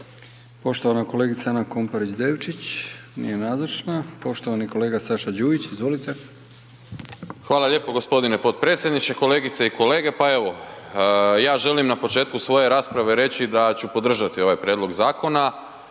poštovana kolegica Ana Komparić Devćić, nije nazočna. Poštovani kolega Saša Đujić, izvolite. **Đujić, Saša (SDP)** Hvala lijepo g. potpredsjedniče. Kolegice i kolege, pa evo, ja želim na početku svoje rasprave reći da ću podržati ovaj prijedlog zakona.